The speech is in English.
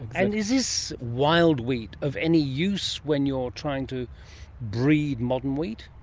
and is this wild wheat of any use when you are trying to breed modern wheat?